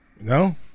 No